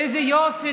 איזה יופי.